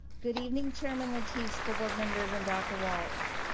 good evening chairman lateef school board members and dr. walts.